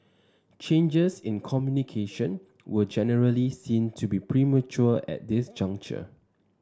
changes in communication were generally seen to be premature at this juncture